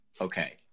Okay